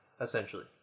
essentially